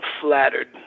flattered